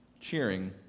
cheering